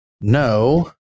No